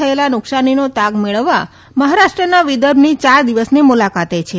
થયેલા નુકશાનની સ્થિતિનો તાગ મેળવવા મહારાષ્ટ્રના વિદર્ભની યાર દિવસની મુલાકાતે છે